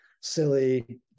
silly